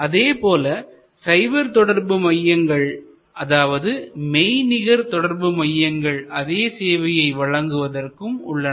அதேபோல சைபர் தொடர்பு மையங்கள் அதாவது மெய்நிகர் தொடர்பு மையங்கள் அதே சேவையை வழங்குவதற்கும் உள்ளன